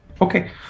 Okay